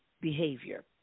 behavior